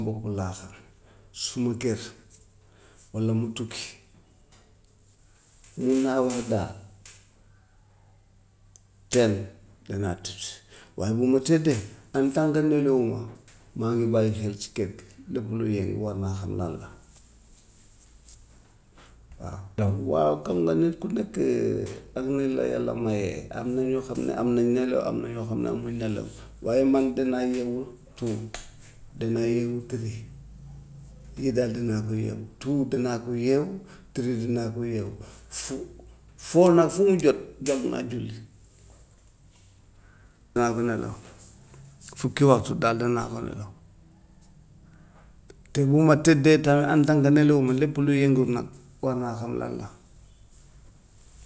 Bopp laa xam, suma kër, walla ma tukki li maa wax daal benn danaa tëdd wante bu ma tëddee en tant que nelawuma maa ngi bàyyi xel ci kër bi, lépp lu yëngu war naa xam lan la. Waaw tam waaw kam nga nit ku nekk ak ni la yàlla mayee, am na ñoo xam ne am nañ nelaw, am na ñoo xam ne amuñ nelaw, waaye man danaa yeewu two, danaa yeewu three lii daal danaa ko yeewu, two danaa ko yeewu, three danaa ko yeewu, four, four nag fu muy jot, dem naa julli, naa ko nelaw fukki waxtu daal danaa ko nelaw. Te bu ma tëddee tamit en tant que nelawuma lépp lu yëngu nag war naa xam lan la.